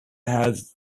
has